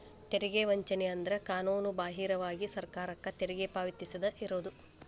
ತೆರಿಗೆ ವಂಚನೆ ಅಂದ್ರ ಕಾನೂನುಬಾಹಿರವಾಗಿ ಸರ್ಕಾರಕ್ಕ ತೆರಿಗಿ ಪಾವತಿಸದ ಇರುದು